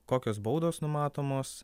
kokios baudos numatomos